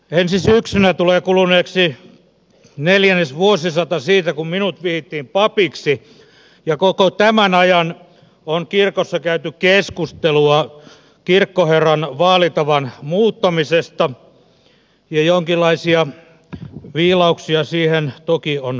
ensi syksynä tulee kuluneeksi neljännesvuosisata siitä kun minut vihittiin papiksi ja koko tämän ajan on kirkossa käyty keskustelua kirkkoherran vaalitavan muuttamisesta ja jonkinlaisia viilauksia siihen toki on saatukin